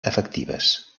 efectives